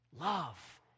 Love